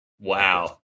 Wow